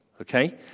Okay